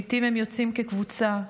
לעיתים הם יוצאים כקבוצה,